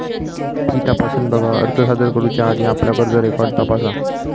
fee तपासून बघा, अर्ज सादर करुच्या आधी आपला कर्ज रेकॉर्ड तपासा